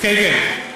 כן, כן.